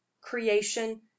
creation